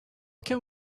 can